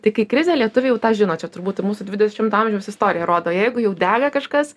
tai kai krizė lietuviai jau tą žino čia turbūt mūsų dvidešimo amžiaus istorija rodo jeigu jau dega kažkas